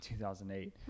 2008